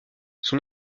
son